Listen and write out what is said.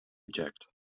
eject